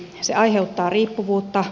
se aiheuttaa riippuvuutta